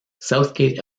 southgate